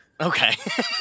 Okay